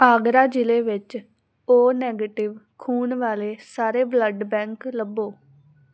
ਆਗਰਾ ਜ਼ਿਲ੍ਹੇ ਵਿੱਚ O negative ਖੂਨ ਵਾਲੇ ਸਾਰੇ ਬਲੱਡ ਬੈਂਕ ਲੱਭੋ